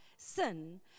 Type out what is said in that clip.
sin